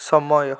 ସମୟ